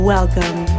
Welcome